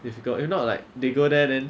if you got you not like they go there then